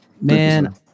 man